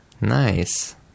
Nice